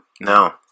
No